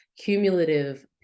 cumulative